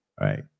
Right